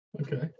Okay